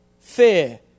fear